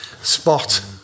Spot